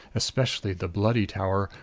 especially the bloody tower,